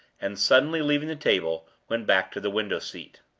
and, suddenly leaving the table, went back to the window-seat.